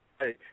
Hey